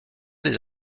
des